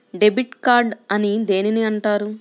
Debit card అని దేనిని అంటారు?